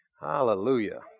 Hallelujah